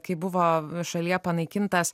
kai buvo šalyje panaikintas